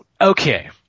Okay